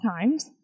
times